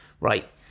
Right